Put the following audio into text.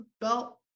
belt